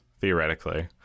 theoretically